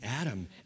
Adam